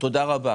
תודה רבה